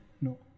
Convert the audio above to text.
No